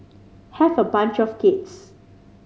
have a bunch of kids